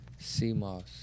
CMOS